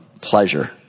pleasure